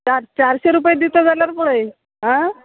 चार चारशे रुपय दिता जाल्यार पळय आं